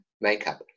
makeup